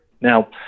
Now